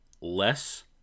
less